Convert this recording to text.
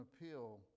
appeal